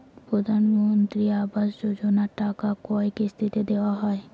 প্রধানমন্ত্রী আবাস যোজনার টাকা কয় কিস্তিতে দেওয়া হয়?